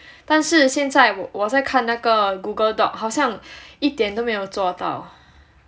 但是现在我再看那个 Google doc 好像一点都没有做到